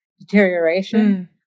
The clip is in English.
deterioration